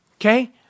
Okay